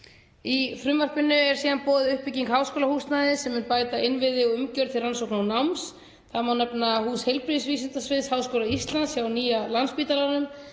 Í frumvarpinu er síðan boðuð uppbygging háskólahúsnæðis sem mun bæta innviði og umgjörð til rannsókna og náms. Þar má nefna hús heilbrigðisvísindasviðs Háskóla Íslands hjá Nýja Landspítalanum,